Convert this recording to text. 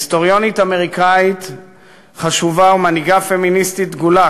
היסטוריונית אמריקנית חשובה ומנהיגה פמיניסטית דגולה,